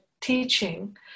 teaching